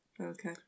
Okay